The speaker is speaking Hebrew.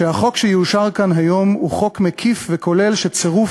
שהחוק שיאושר כאן היום הוא חוק מקיף וכולל שצירוף